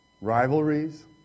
rivalries